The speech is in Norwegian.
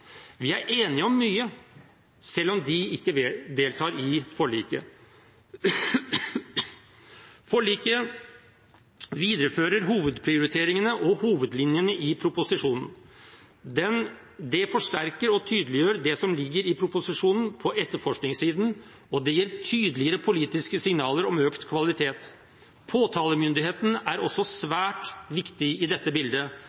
Vi er enige om mye, selv om de ikke deltar i forliket. Forliket viderefører hovedprioriteringene og hovedlinjene i proposisjonen. Det forsterker og tydeliggjør det som ligger i proposisjonen på etterforskningsiden, og det gir tydelige politiske signaler om økt kvalitet. Påtalemyndigheten er også svært viktig i dette bildet.